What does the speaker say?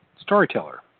storyteller